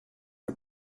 der